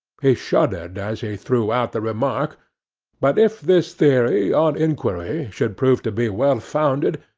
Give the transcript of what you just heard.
he shuddered as he threw out the remark but if this theory, on inquiry, should prove to be well founded,